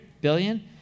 billion